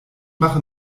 mache